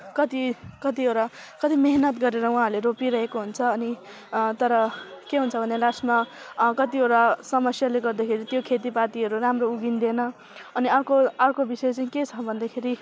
कति कतिवटा कति मेहेनत गरेर उहाँहरूले रोपिरहेको हुन्छ अनि तर के हुन्छ भने लास्टमा कतिवटा समस्याले गर्दाखेरि त्यो खेती पातीहरू राम्रो उगिँदैन अनि अर्को अर्को विषय चाहिँ के छ भन्दाखेरि